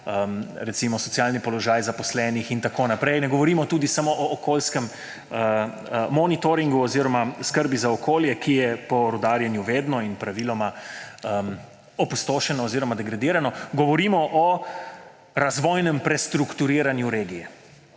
recimo socialni položaj zaposlenih in tako naprej. Ne govorimo tudi samo o okoljskem monitoringu oziroma skrbi za okolje, ki je po rudarjenju vedno in praviloma opustošeno oziroma degradirano. Govorimo o razvojnem prestrukturiranju regije.